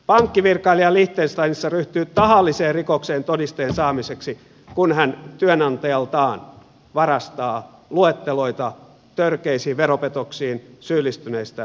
pankkivirkailija liechtensteinissa ryhtyy tahalliseen rikokseen todisteen saamiseksi kun hän työnantajaltaan varastaa luetteloita törkeisiin veropetoksiin syyllistyneistä rikollisista